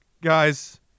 guys